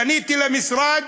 פניתי למשרד,